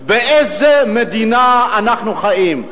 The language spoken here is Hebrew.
באיזו מדינה אנחנו חיים?